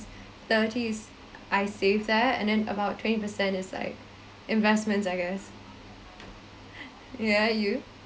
thirty is I save that and then about twenty percent is like investments I guess yeah you